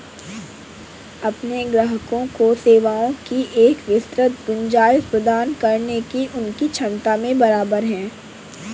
अपने ग्राहकों को सेवाओं की एक विस्तृत गुंजाइश प्रदान करने की उनकी क्षमता में बराबर है